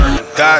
God